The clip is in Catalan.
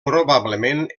probablement